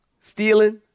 Stealing